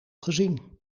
gezien